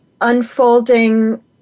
unfolding